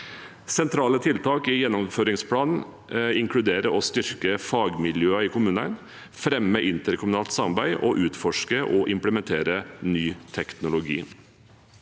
Sentrale tiltak i gjennomføringsplanen inkluderer å styrke fagmiljøene i kommunene, fremme interkommunalt samarbeid og utforske og implementere ny teknologi.